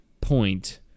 point